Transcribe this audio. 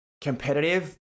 competitive